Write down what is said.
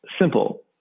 simple